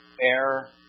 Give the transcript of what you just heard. air